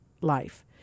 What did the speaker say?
life